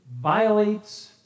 violates